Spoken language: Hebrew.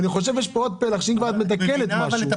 ואני חושב שיש פה עוד פלח שאם כבר את מתקנת משהו,